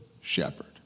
shepherd